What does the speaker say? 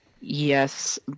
Yes